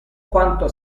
quanto